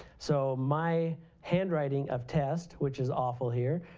so my hand writing of text which is awful here,